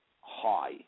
high